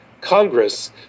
Congress